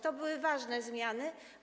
To były ważne zmiany.